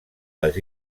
les